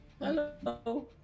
Hello